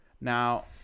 Now